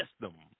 system